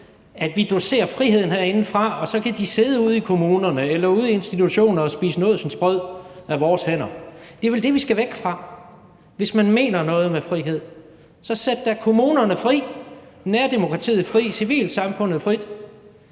vi doserer friheden herindefra, og så de kan sidde ude i kommunerne eller ude i institutionerne og spise nådsensbrød af vores hænder. Det er vel det, vi skal væk fra. Hvis man mener noget med frihed, så sæt da kommunerne fri, sæt nærdemokratiet frit, sæt civilsamfundet frit.